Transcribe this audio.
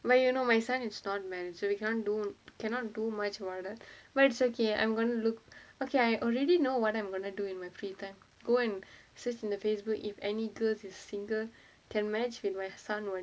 eh you know my son is not married so we can~ cannot do much about it but it's okay I'm gonna look okay I already know what I'm gonna do in my free time go and sit in the Facebook if any girls is single can match with my son